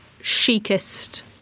chicest